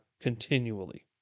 continually